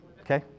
Okay